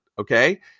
Okay